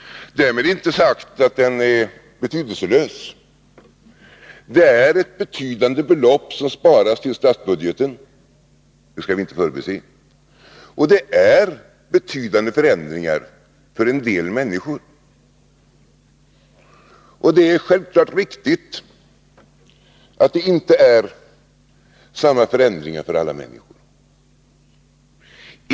Därmed inte sagt att den är betydelselös. Det är betydande belopp som sparas till statsbudgeten — det skall vi inte förbise. Det är betydande förändringar för en del människor. Det är självfallet riktigt att förändringarna inte är desamma för alla människor.